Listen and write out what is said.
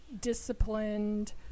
disciplined